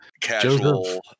casual